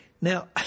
now